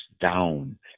down